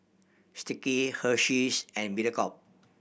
Sticky Hersheys and Mediacorp